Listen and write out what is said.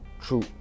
true